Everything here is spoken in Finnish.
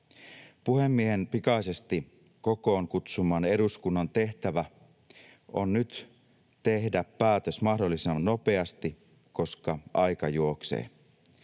Puhemiehen pikaisesti kokoon kutsuman eduskunnan tehtävä on nyt tehdä päätös mahdollisimman nopeasti, koska aika juoksee.